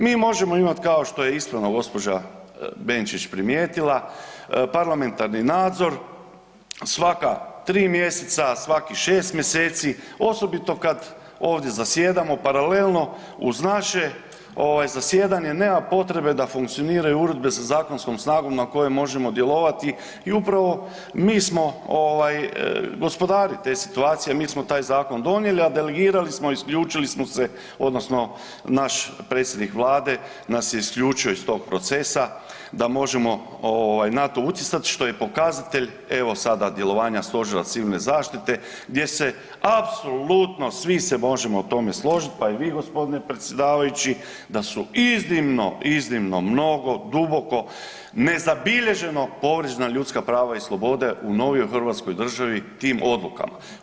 Mi možemo imat kao što je ispravno gđa. Benčić primijetila, parlamentarni nadzor svaka 3. mjeseca, svakih 6. mjeseci, osobito kad ovdje zasjedamo paralelno, uz naše ovaj zasjedanje nema potrebe da funkcioniraju uredbe sa zakonskom snagom na koje možemo djelovati i upravo mi smo ovaj gospodari te situacije, mi smo taj zakon donijeli, a delegirali smo, isključili smo se odnosno naš predsjednik vlade nas je isključio iz tog procesa da možemo ovaj na to utjecat, što je pokazatelj evo sada djelovanja Stožera civilne zaštite gdje se apsolutno svi se možemo o tome složit, pa i vi g. predsjedavajući da su iznimno, iznimno mnogo, duboko, nezabilježeno povrijeđena ljudska prava i slobode u novijoj hrvatskoj državi tim odlukama.